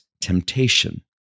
temptation